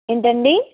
ఏంటండి